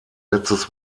letztes